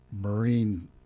marine